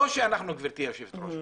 גברתי היושבת ראש,